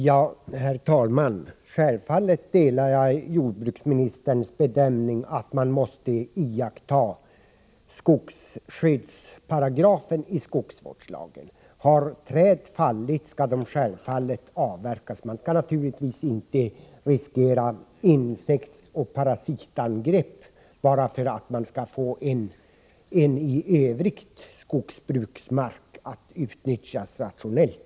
Herr talman! Självfallet delar jag jordbruksministerns bedömning att man måste iaktta skogsskyddsparagrafen i skogsvårdslagen. Har träd fallit skall de avverkas. Man kan naturligtvis inte riskera insektsoch parasitangrepp bara för att utnyttja en skogsbruksmark rationellt.